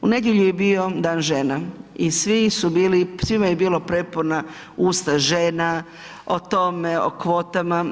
U nedjelju je bio Dan žena i svi su bili, svima je bilo prepuna usta žena, o tome, o kvotama.